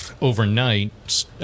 overnight